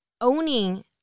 owning